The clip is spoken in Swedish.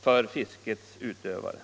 för fiskets utövare.